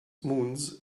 moons